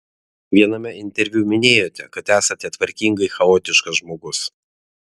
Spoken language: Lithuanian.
viename interviu minėjote kad esate tvarkingai chaotiškas žmogus